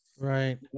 Right